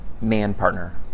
man-partner